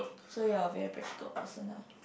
so you're a very practical person lah